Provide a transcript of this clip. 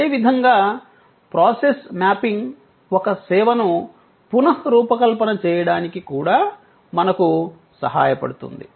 అదే విధంగా process mapping ఒక సేవను పునఃరూపకల్పన చేయడానికి కూడా మనకు సహాయపడుతుంది